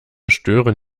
stören